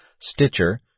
Stitcher